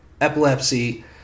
epilepsy